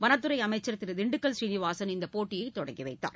வனத்துறை அமைச்ச் திரு திண்டுக்கல் சீனிவாசன் இந்த போட்டியை தொடங்கி வைத்தார்